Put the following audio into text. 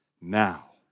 Now